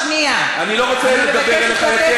אני לא רוצה לדבר אליך יותר.